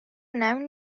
wnawn